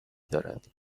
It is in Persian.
دارد